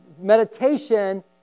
meditation